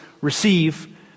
receive